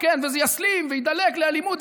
וזה יסלים ויידלק לאלימות,